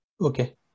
Okay